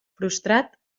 frustrat